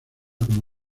como